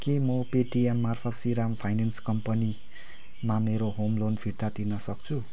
के म पेटिएम मार्फत् श्रीराम फाइनेन्स कम्पनीमा मेरो होम लोन फिर्ता तिर्नसक्छु